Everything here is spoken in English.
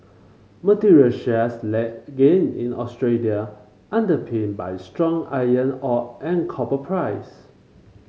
material shares led gain in Australia underpinned by stronger iron ore and copper price